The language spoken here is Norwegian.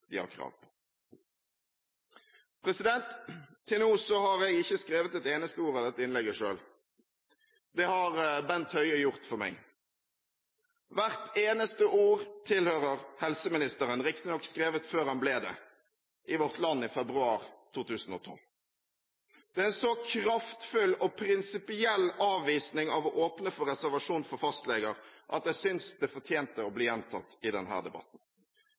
de har krav på. Til nå har jeg ikke skrevet et eneste ord av dette innlegget selv. Det har Bent Høie gjort for meg. Hvert eneste ord tilhører helseministeren – riktignok skrevet før han ble det, i Vårt Land i februar 2012. Det er en så kraftfull og prinsipiell avvisning av å åpne for reservasjon for fastleger at jeg syntes det fortjente å bli gjentatt i denne debatten.